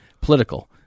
political